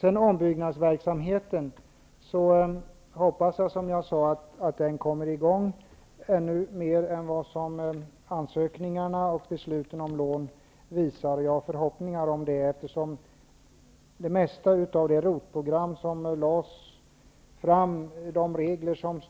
När det gäller ombyggnadsverksamheten hoppas jag, som sagt, att den kommer i gång ännu mer än vad ansökningarna och besluten om lån visar. Jag har förhoppningar om det eftersom de regler som styr det ROT-program som lades fram